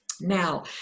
Now